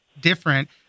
different